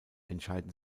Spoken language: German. entscheiden